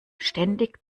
ständig